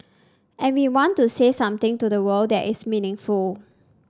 and we want to say something to the world that is meaningful